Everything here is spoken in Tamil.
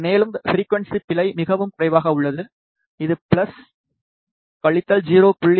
மேலும் ஃபிரிக்குவன்ஸி பிழை மிகவும் குறைவாக உள்ளது இது பிளஸ் கழித்தல் 0